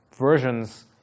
versions